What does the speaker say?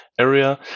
area